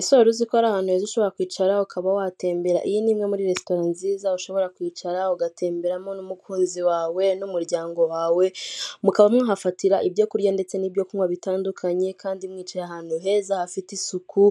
Ese wari uzi ko hari ahantu heza ushobora kwicara ukaba watembera? iyi ni imwe muri resitora nziza ushobora kwicara ugatemberamo n'umukunzi wawe n'umuryango wawe mukaba mwahafatira ibyo kurya ndetse nibyo kunywa bitandukanye kandi mwicaye ahantu heza hafite isuku